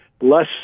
less